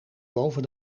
boven